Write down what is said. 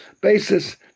basis